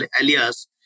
alias